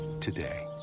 today